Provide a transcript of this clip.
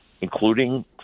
including